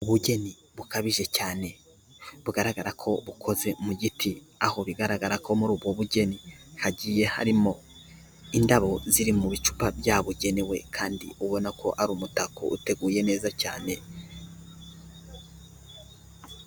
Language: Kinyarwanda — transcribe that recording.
Ubugeni bukabije cyane bugaragara ko bukoze mu giti, aho bigaragara ko muri ubwo bugeni hagiye harimo indabo ziri mu bicupa byabugenewe, kandi ubona ko ari umutako uteguye neza cyane.